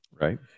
right